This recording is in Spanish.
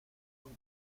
muy